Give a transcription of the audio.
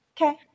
Okay